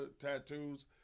tattoos